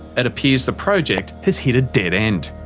it appears the project has hit a dead end.